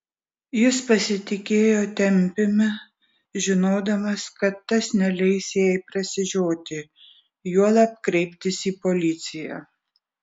jis pasitikėjo tempiumi žinodamas kad tas neleis jai prasižioti juolab kreiptis į policiją